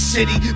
City